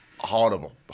horrible